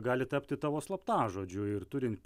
gali tapti tavo slaptažodžiu ir turint